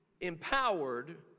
empowered